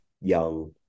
young